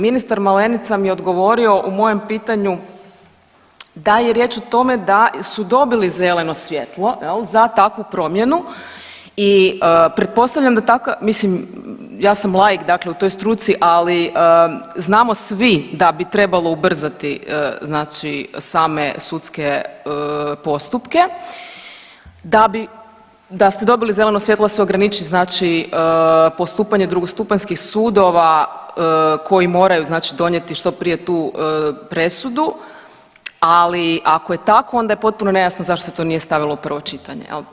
Ministar Malenica mi je odgovorio u mojem pitanju da je riječ o tome da su dobili zeleno svjetlo, je li, za takvu promjenu i pretpostavljam da takva, mislim, ja sam laik, dakle u toj struci, ali znamo svi da bi trebalo ubrzati znači same sudske postupke, da bi, da ste dobili zeleno svjetlo da se ograniči znači postupanje drugostupanjskih sudova koji moraju, znači donijeti što prije tu presudu, ali ako je tako, onda je potpuno nejasno zašto se to nije stavilo u prvo čitanje, je li?